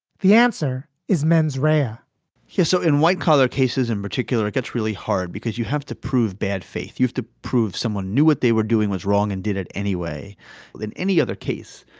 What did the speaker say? the answer is mens rea um yeah so in white collar cases in particular, it gets really hard because you have to prove bad faith used to prove someone knew what they were doing was wrong and did it anyway in any other case.